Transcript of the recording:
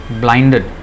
blinded